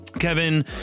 Kevin